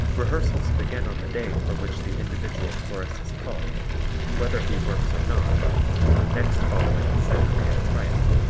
rehearsals begin on the day for which the individual chorus is called whether he works or not next following the second day of tryout.